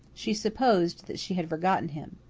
she supposed that she had forgotten him.